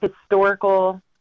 historical